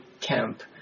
camp